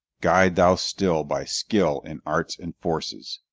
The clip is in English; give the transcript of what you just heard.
guide thou still by skill in arts and forces!